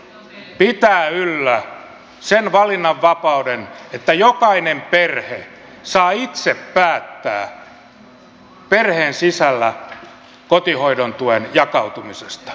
tämä hallitus pitää yllä sen valinnanvapauden että jokainen perhe saa itse päättää perheen sisällä kotihoidon tuen jakautumisesta